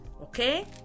okay